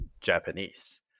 Japanese